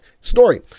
story